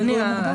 אדוני,